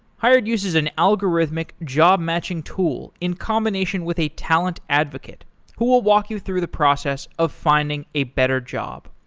hired uses an algorithmic job-matching tool in combination with a talent advocate who will walk you through the process of finding a better job.